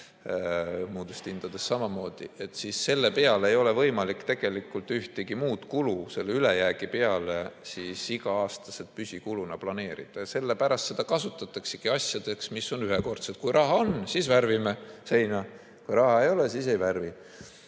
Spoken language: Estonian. muudest hindadest samamoodi. Seetõttu ei ole võimalik tegelikult ühtegi muud kulu selle ülejäägi järgi iga-aastase püsikuluna planeerida ja sellepärast seda kasutataksegi asjadeks, mis on ühekordsed. Kui raha on, siis värvime seina, kui raha ei ole, siis ei värvi.